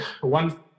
one